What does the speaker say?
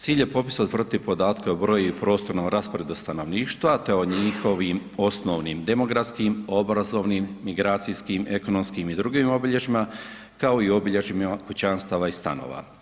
Cilj je popisa utvrditi podatke o broju i prostornom rasporedu stanovništva te o njihovim osnovnim demografskim, obrazovnim, migracijskim, ekonomskim i drugim obilježjima kao i obilježjima kućanstava i stanova.